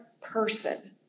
person